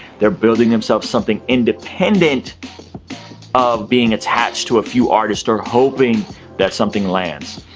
they're building themselves something independent of being attached to a few artists or hoping that something lands.